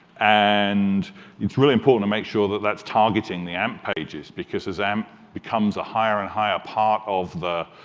and it's really important to make sure that that's targeting the amp pages, because as amp becomes a higher and higher part of the